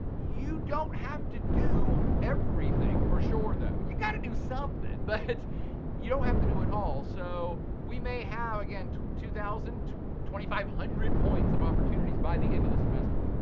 you don't have to do everything for sure, though. you gotta do something, but you don't have to do it all. so, we may have, again, two two thousand, two thousand five hundred points of opportunities by the end of the semester.